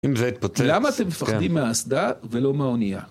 אם זה יתפוצץ, למה אתם מפחדים מהאסדה ולא מהאונייה?